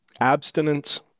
abstinence